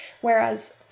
whereas